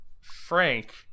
Frank